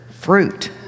fruit